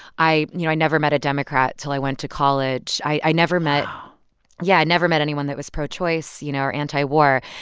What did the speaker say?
i you know, i never met a democrat until i went to college. i i never met. wow yeah. i never met anyone that was pro-choice, you know, or anti-war.